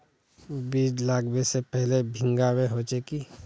बीज लागबे से पहले भींगावे होचे की?